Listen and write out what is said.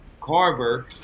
Carver